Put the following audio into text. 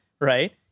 right